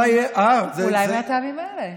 אולי מהטעמים האלה.